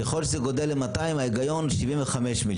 ככל שזה גדל ל-200 ההיגיון 75 מיליון.